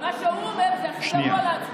מה שהוא אומר זה הכי גרוע לעצמאים.